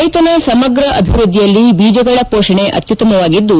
ರೈತನ ಸಮಗ್ರ ಅಭಿವೃದ್ದಿಯಲ್ಲಿ ಬೀಜಗಳ ಪೋಷಣೆ ಅತ್ಯುತ್ತಮವಾಗಿದ್ದು